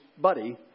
buddy